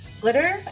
glitter